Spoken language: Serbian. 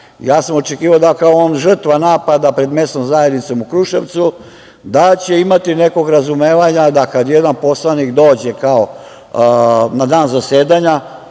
Ja sam očekivao da on kao žrtva napada pred mesnom zajednicom u Kruševcu, da će imati nekog razumevanja, da kad jedan poslanik dođe na dan zasedanja,